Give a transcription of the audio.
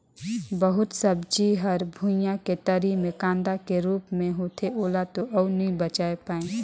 बहुत सब्जी हर भुइयां के तरी मे कांदा के रूप मे होथे ओला तो अउ नइ बचायें